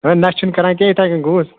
نشہٕ چھُ نہٕ کران یتھٕے کٕنۍ گووس